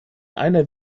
einer